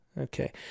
Okay